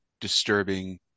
disturbing